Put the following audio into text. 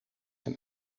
een